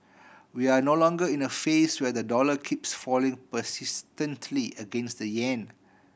we're no longer in a phase where the dollar keeps falling persistently against the yen